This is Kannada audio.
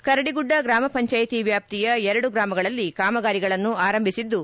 ಕರಡಿಗುಡ್ಡ ಗ್ರಾಮ ಪಂಚಾಯಿತಿ ವ್ಯಾಪ್ತಿಯ ಎರಡು ಗ್ರಾಮಗಳಲ್ಲಿ ಕಾಮಗಾರಿಗಳನ್ನು ಆರಂಭಿಸಿದ್ದು